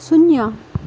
शून्य